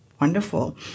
wonderful